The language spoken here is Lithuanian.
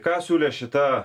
ką siūlė šita